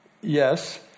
Yes